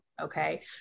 Okay